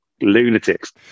Lunatics